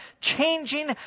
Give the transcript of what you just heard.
changing